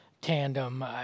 tandem